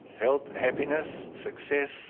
health, happiness, success,